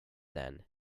then